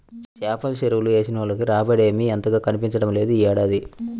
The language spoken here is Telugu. చేపల చెరువులు వేసినోళ్లకి రాబడేమీ అంతగా కనిపించట్లేదు యీ ఏడాది